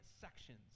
sections